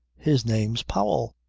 his name's powell.